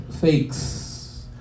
Fakes